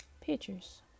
pictures